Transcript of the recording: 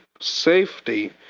safety